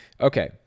Okay